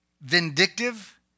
vindictive